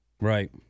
Right